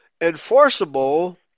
enforceable